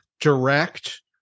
direct